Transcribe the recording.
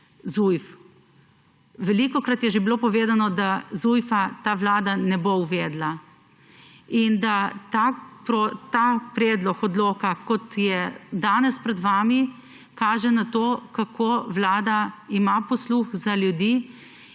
Zujf. Velikokrat je že bilo povedano, da Zujfa ta vlada ne bo uvedla in da ta predlog odloka, kot je danes pred vami, kaže na to, kako vlada ima posluh za ljudi,